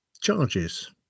charges